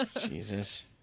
Jesus